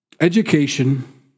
Education